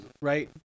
right